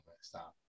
stop